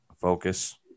focus